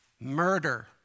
murder